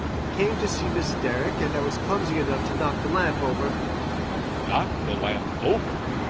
i came to see miss derrick, and i was clumsy enough to knock the lamp over knock the lamp over!